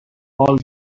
all